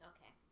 Okay